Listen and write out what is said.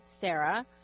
Sarah